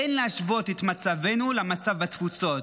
אין להשוות את מצבנו למצב בתפוצות.